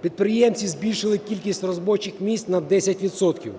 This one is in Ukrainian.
підприємці збільшили кількість робочих місць на 10 відсотків.